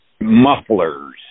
mufflers